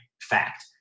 fact